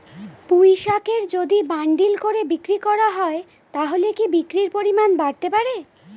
পুঁইশাকের যদি বান্ডিল করে বিক্রি করা হয় তাহলে কি বিক্রির পরিমাণ বাড়তে পারে?